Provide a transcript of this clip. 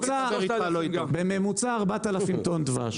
בממוצע 4,000 טון דבש.